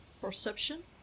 Perception